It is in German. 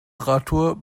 radtour